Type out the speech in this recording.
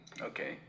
okay